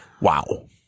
wow